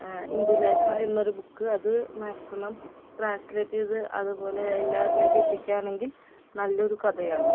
ഇന്ദുലേഖ എന്നൊരു ബുക്ക് അത് maximum translate ചെയ്ത് അതുപോലെ എല്ലാവരിലേക്കും എത്തിക്കുകയാണെങ്കിൽ നല്ലൊരു കഥയാണ്